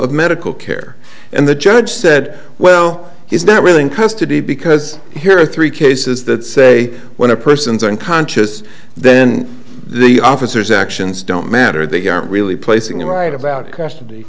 of medical care and the judge said well he's not really in custody because here are three cases that say when a person's unconscious then the officer's actions don't matter they get really placing him right about custody